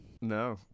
No